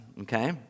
okay